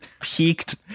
Peaked